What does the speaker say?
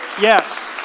Yes